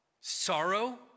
sorrow